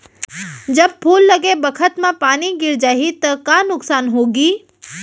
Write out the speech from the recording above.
जब फूल लगे बखत म पानी गिर जाही त का नुकसान होगी?